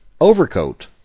overcoat